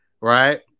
right